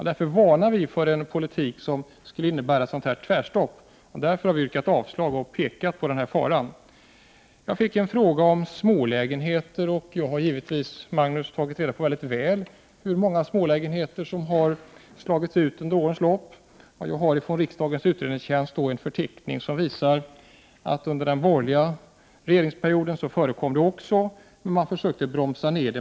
Därför varnar vi för en politik som leder till ett tvärstopp, och vårt avdragsyrkande beror just på den fara som jag här har talat om. Jag fick också en fråga om smålägenheterna. Givetvis har jag, Magnus Persson, mycket noga tagit reda på hur många smålägenheter som har slagits ihop till större under årens lopp. Från riksdagens utredningstjänst har jag fått en förteckning som visar att sådant här förekom även under den borgerliga regeringsperioden. Men man försökte bromsa ned.